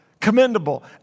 commendable